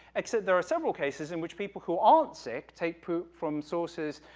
except there are several cases in which people who aren't sick take poop from sources,